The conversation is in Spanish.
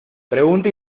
pregunte